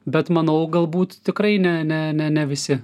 bet manau galbūt tikrai ne ne ne ne visi